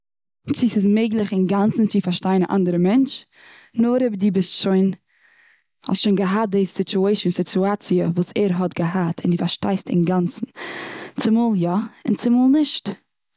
צו ס'איז מעגליך אינגאנצן צו פארשטיין א אנדערע מענטש. נאר אויב דו ביזט שוין, האסט שוין געהאט די סיטשועישן, די סיטואציע וואס ער האט געהאט, און די פארשטייסט אינגאנצן. צומאל יא, און צומאל נישט.